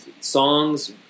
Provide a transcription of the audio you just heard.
songs